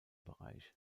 bereich